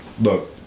look